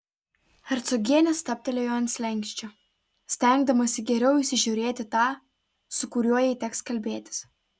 hercogienė stabtelėjo ant slenksčio stengdamasi geriau įsižiūrėti tą su kuriuo jai teks kalbėtis